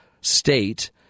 state